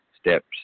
steps